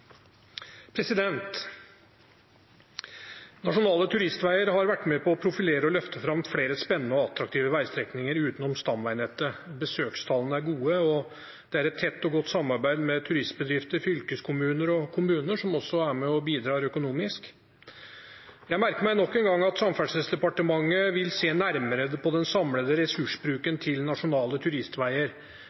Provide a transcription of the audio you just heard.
Nasjonale turistveger har vært med på å profilere og løfte fram flere spennende og attraktive veistrekninger utenom stamveinettet. Besøkstallene er gode, og det er tett og godt samarbeid med turistbedrifter, fylkeskommuner og kommuner, som også er med og bidrar økonomisk. Jeg merker meg nok en gang at Samferdselsdepartementet vil se nærmere på den samlede ressursbruken til Nasjonale